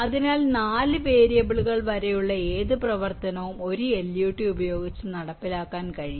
അതിനാൽ 4 വേരിയബിളുകൾ വരെയുള്ള ഏത് പ്രവർത്തനവും ഒരു LUT ഉപയോഗിച്ച് നടപ്പിലാക്കാൻ കഴിയും